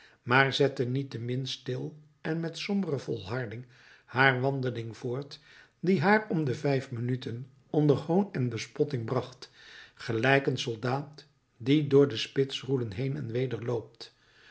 maar zette niettemin stil en met sombere volharding haar wandeling voort die haar om de vijf minuten onder hoon en bespotting bracht gelijk een soldaat die door de spitsroeden heen en weder loopt